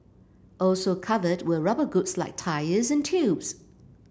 also covered were rubber goods like tyres and tubes